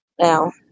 now